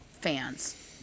fans